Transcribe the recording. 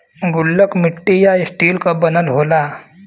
गुल्लक मट्टी या स्टील क बना होला